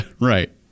Right